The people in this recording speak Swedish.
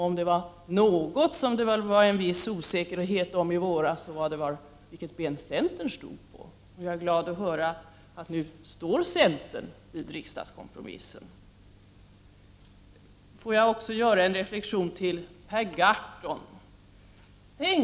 Om det var något som det rådde en viss osäkerhet om i våras så var det på vilket ben centern stod. Jag är glad att höra att centern nu står fast vid riksdagskompromissen. Jag vill också göra en reflexion i fråga om Per Gahrtons anförande.